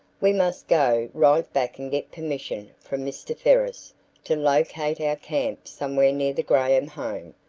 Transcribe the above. we must go right back and get permission from mr. ferris to locate our camp somewhere near the graham home,